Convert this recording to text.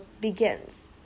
begins